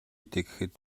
тэгэхэд